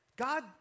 God